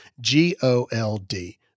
G-O-L-D